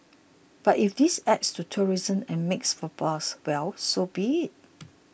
but if this adds to tourism and makes for buzz well so be it